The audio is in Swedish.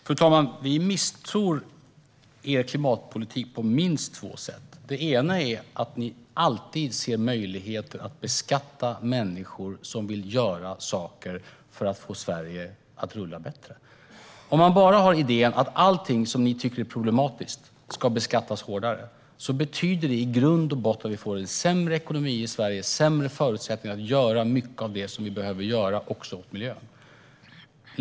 Fru talman! Vi misstror er klimatpolitik på minst två sätt. Det ena är att ni alltid ser möjligheter att beskatta människor som vill göra saker för att få Sverige att rulla bättre. Om ni bara har idén att allting som ni tycker är problematiskt ska beskattas hårdare betyder det i grund och botten att vi får en sämre ekonomi i Sverige och sämre förutsättningar att göra mycket av det som vi behöver göra också åt miljön.